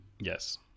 Yes